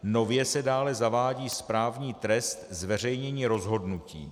Nově se dále zavádí správní trest zveřejnění rozhodnutí.